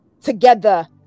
together